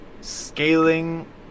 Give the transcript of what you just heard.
scaling